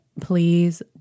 please